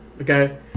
okay